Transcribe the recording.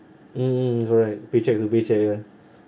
mm mm correct pay check to pay check ya